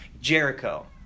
Jericho